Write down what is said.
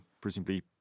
presumably